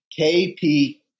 KP